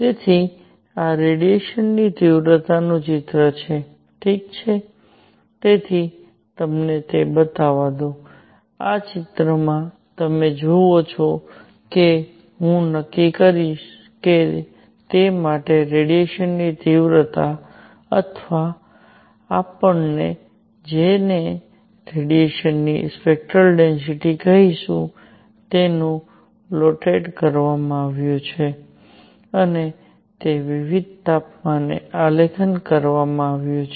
તેથી આ રેડિયેશનની તીવ્રતાનું ચિત્ર છે ઠીક છે તેથી તમને તે બતાવવા દો આ તે ચિત્ર છે જે તમે જુઓ છો અને હું નક્કી કરીશ કે તે માટે રેડિયેશનની કયા તીવ્રતા અથવા આપણે જેને રેડિયેશનની સ્પેક્ટરલ ડેન્સિટિ કહીશું તેનું પ્લોટેડ કરવામાં આવ્યું છે અને તે વિવિધ તાપમાને આલેખન કરવામાં આવ્યું છે